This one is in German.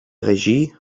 regie